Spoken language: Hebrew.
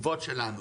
החטיבות שלנו